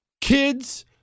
Kids